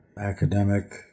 academic